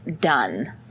done